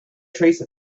trace